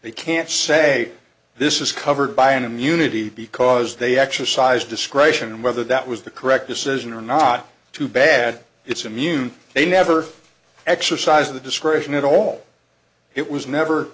they can't say this is covered by an immunity because they exercise discretion and whether that was the correct decision or not too bad it's immune they never exercised the discretion at all it was never